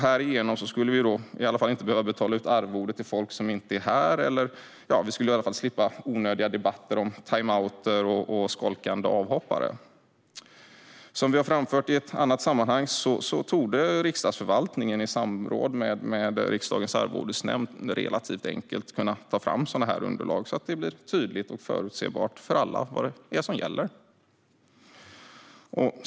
Härigenom skulle vi i alla fall inte behöva betala ut arvode till folk som inte är här, och vi skulle slippa onödiga debatter om timeouter och skolkande avhoppare. Som vi har framfört i ett annat sammanhang torde Riksdagsförvaltningen i samråd med bland annat Riksdagens arvodesnämnd relativt enkelt kunna ta fram sådana underlag, så att det blir tydligt och förutsebart för alla vad det är som gäller.